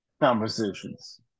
conversations